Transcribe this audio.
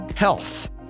health